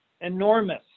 enormous